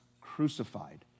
crucified